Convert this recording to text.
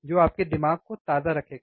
जो आपके दिमाग को ताजा रखेगा